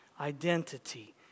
identity